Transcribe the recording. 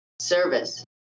service